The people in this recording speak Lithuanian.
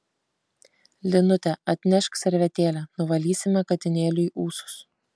linute atnešk servetėlę nuvalysime katinėliui ūsus